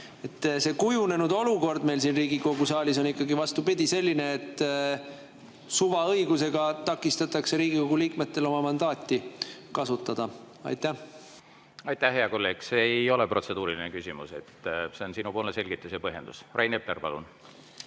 See kujunenud olukord meil siin Riigikogu saalis on, vastupidi, selline, et suvaõigusega takistatakse Riigikogu liikmetel oma mandaati kasutada. Aitäh, hea kolleeg! See ei ole protseduuriline küsimus. See on sinu selgitus ja põhjendus. Rain Epler, palun!